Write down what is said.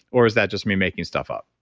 or is that just me making stuff up?